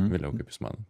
viliau kaip jūs manot